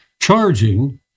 charging